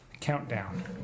Countdown